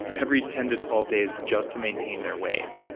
every ten to twelve days just to maintain their weight.